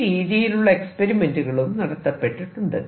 ഈ രീതിയിലുള്ള എക്സ്പെരിമെന്റുകളും നടത്തപ്പെട്ടിട്ടുണ്ട്